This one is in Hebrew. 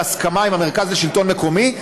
בהסכמה עם המרכז לשלטון מקומי,